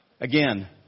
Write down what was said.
Again